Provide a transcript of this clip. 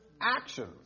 actions